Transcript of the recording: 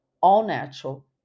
all-natural